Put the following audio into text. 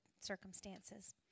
circumstances